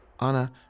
Anna